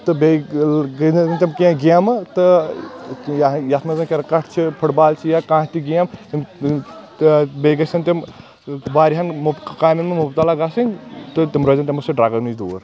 تہٕ بییٚہِ گے نہٕ تِم کینٛہہ گیمہٕ تہٕ یتھ منٛزن کرکٹھ چھِ فٹ بال چھِ یا کانٛہہ تہِ گیم تہٕ بییٚہِ گژھَن تِم واریاہن مُب کامٮ۪ن منٛز مبتلا گژھٕنۍ تہٕ تِم روزَن تِمو سۭتۍ ڈرگو نِش دوٗر